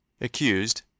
Accused